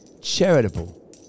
charitable